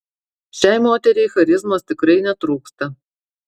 šiai moteriai charizmos tikrai netrūksta